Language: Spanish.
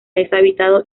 deshabitado